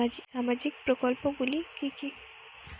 সামাজিক প্রকল্পগুলি কি কি?